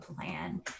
plan